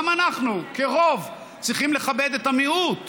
גם אנחנו כרוב צריכים לכבד את המיעוט.